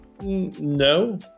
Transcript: no